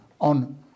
on